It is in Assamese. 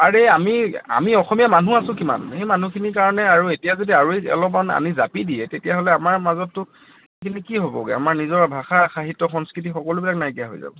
আৰে আমি আমি অসমীয়া মানুহ আছোঁ কিমান সেই মানুহখিনিৰ কাৰণে আৰু এতিয়া যদি আৰু অলপমান আনি জাপি দিয়ে তেতিয়াহ'লে আমাৰ মাজততো সেইখিনি কি হ'বগৈ আমাৰ নিজৰ ভাষা সাহিত্য সংস্কৃতি সকলোবিলাক নাইকিয়া হৈ যাব